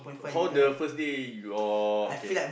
how the first day your okay